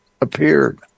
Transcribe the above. appeared